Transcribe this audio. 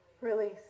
release